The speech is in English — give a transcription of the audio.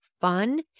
fun